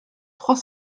trois